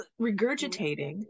regurgitating